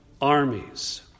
armies